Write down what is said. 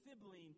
sibling